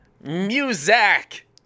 Music